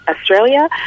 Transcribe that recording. Australia